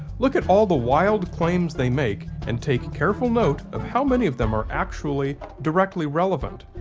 look at all the wild claims they make, and take careful note of how many of them are actually directly relevant,